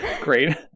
Great